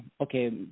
okay